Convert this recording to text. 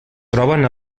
troben